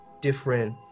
different